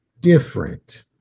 different